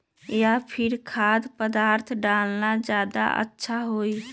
या फिर खाद्य पदार्थ डालना ज्यादा अच्छा होई?